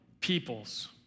peoples